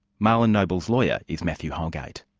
marlin noble's lawyer is matthew holgate.